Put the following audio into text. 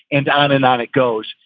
and on and on it goes.